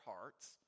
hearts